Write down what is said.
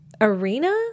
arena